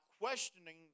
questioning